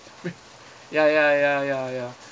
ya ya ya ya ya